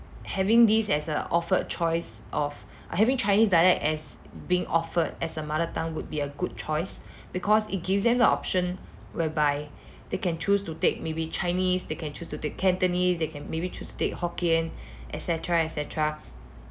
having this as an offered choice of having chinese dialect as being offered as a mother tongue would be a good choice because it gives them the option whereby they can choose to take maybe chinese they can choose to take cantonese they can maybe choose to take hokkien et cetera et cetera